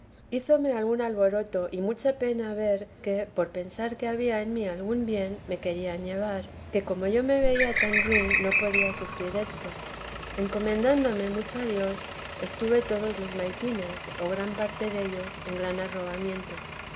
hízome algún alboroto y mucha pena ver que por pensar que había en mí algún bien me querían llevar que como yo me veía tan ruin no podía sufrir esto encomendándome mucho a dios estuve todos los maitines o gran parte dellos en gran arrobamiento